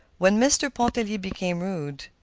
when mr. pontellier became rude,